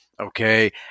okay